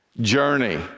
journey